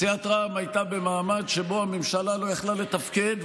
סיעת רע"מ הייתה במעמד שבו הממשלה לא יכלה לתפקד,